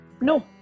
No